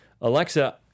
Alexa